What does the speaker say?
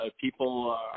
People